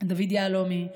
דוד יהלומי.